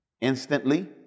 instantly